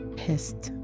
pissed